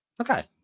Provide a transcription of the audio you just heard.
Okay